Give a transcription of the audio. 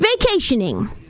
vacationing